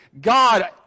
God